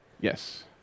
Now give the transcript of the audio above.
Yes